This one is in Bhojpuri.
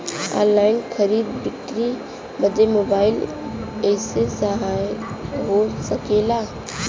ऑनलाइन खरीद बिक्री बदे मोबाइल कइसे सहायक हो सकेला?